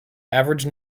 average